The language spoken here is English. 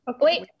Wait